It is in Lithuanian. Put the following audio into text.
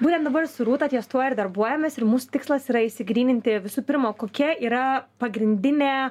būtent dabar su rūta ties tuo ir darbuojamės ir mūsų tikslas yra išsigryninti visų pirma kokia yra pagrindinė